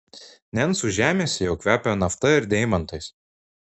nencų žemėse jau kvepia nafta ir deimantais